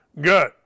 Good